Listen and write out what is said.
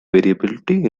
variability